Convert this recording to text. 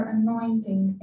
anointing